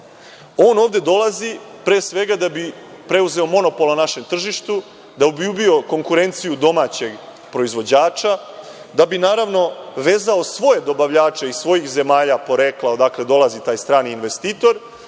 On ovde dolazi da bi preuzeo monopol na našem tržištu, da bi ubio konkurenciju domaćeg proizvođača, da bi vezao svoje dobavljače iz svojih zemalja porekla iz kojih dolazi taj strani investitor,